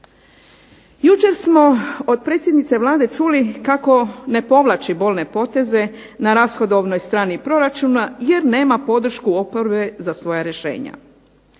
Jučer smo od predsjednice Vlade čuli kako ne povlači bolne poteze na rashodovnoj strani proračuna, jer nema podršku oporbe za svoja rješenja.